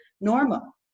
normal